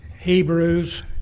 Hebrews